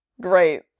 great